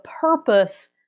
purpose